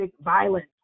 violence